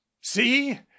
see